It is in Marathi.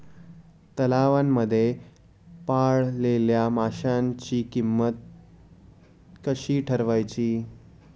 तलावांमध्ये पाळलेल्या माशांची किंमत कशी ठरवायची?